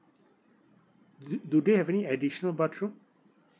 did do they have any additional bathroom